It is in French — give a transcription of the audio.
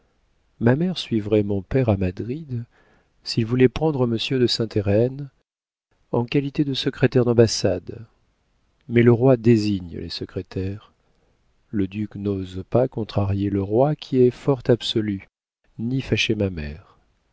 ma mère suivrait mon père à madrid s'il voulait prendre monsieur de saint héreen en qualité de secrétaire d'ambassade mais le roi désigne les secrétaires le duc n'ose pas contrarier le roi qui est fort absolu ni fâcher ma mère